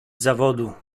zawodu